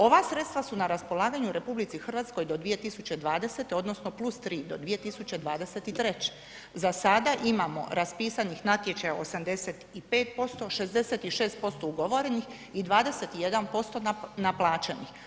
Ova sredstva su na raspolaganju RH do 2020. odnosno +3 do 2023. za sada imamo raspisanih natječaja 85%, 66% ugovorenih i 21% naplaćenih.